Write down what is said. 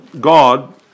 God